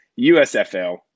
USFL